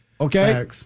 Okay